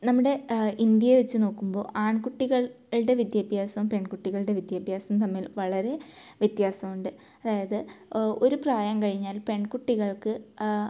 നമ്മുടെ ഇന്ത്യയെ വെച്ച് നോക്കുമ്പോൾ ആൺകുട്ടികൾടെ വിദ്യാഭ്യാസോം പെൺകുട്ടികൾടെ വിദ്യാഭ്യാസോം തമ്മിൽ വളരെ വ്യത്യാസം ഉണ്ട് അതായത് ഒരു പ്രായം കഴിഞ്ഞാൽ പെൺകുട്ടികൾക്ക്